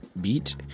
beat